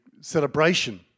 celebration